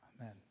Amen